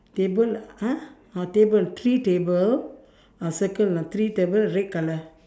table !huh! oh table three table I'll circle ah three table red colour